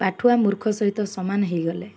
ପାଠୁଆ ମୂର୍ଖ ସହିତ ସମାନ ହେଇଗଲେ